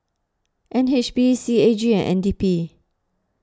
N H B C A G and N D P